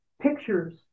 pictures